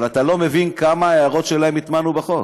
אבל אתה לא מבין כמה הערות שלהם הטמענו בחוק.